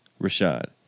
Rashad